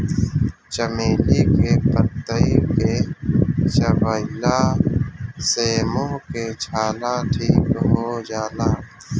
चमेली के पतइ के चबइला से मुंह के छाला ठीक हो जाला